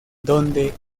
donde